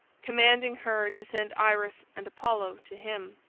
commanding her to send iris and apollo to him.